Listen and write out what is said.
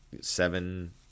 seven